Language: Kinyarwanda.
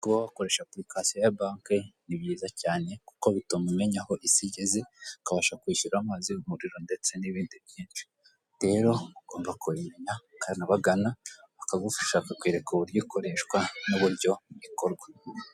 Kuba wakoresha apulikasiyo ya banke ni byiza cyane kuko bituma umenya aho isi igeze, ukabasha kwishyura amazi, umuriro, ndetse n'ibindi byinshi. Rero ugomba kubimenya, ukanabagana bakagufasha, bakakwereka uburyo ikoreshwa n'uburyo bikorwa.